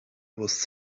was